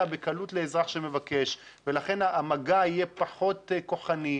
בקלות לאזרח שמבקש ולכן המגע יהיה פחות כוחני.